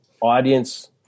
audience